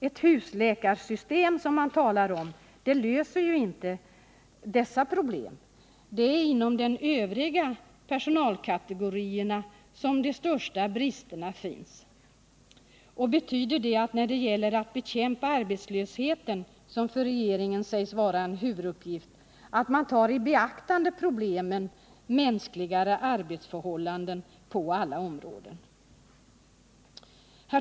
Ett husläkarsystem som man talar om löser ju inte dessa problem. Det är inom de övriga personalkategorierna som de största bristerna finns. Och betyder det att man, när det gäller att bekämpa arbetslösheten, som för regeringen sägs vara en huvuduppgift, tar i beaktande problemet att åstadkomma mänskligare arbetsförhållanden på alla områden?